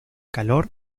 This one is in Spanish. calor